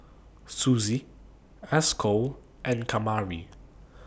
Suzy Esco and Kamari